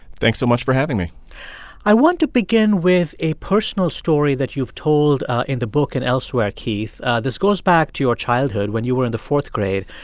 thanks so much for having me i want to begin with a personal story that you've told in the book and elsewhere, keith. this goes back to your childhood, when you were in the fourth grade.